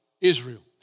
Israel